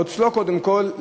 אצלו קודם כול,